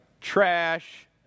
trash